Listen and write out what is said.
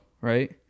right